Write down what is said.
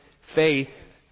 faith